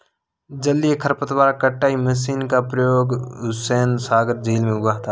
जलीय खरपतवार कटाई मशीन का प्रयोग हुसैनसागर झील में हुआ था